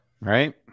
Right